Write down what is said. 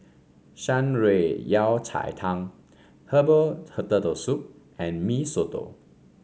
Shan Rui Yao Cai Tang Herbal Turtle Soup and Mee Soto